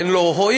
הן לא הועילו.